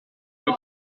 were